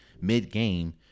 mid-game